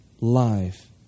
life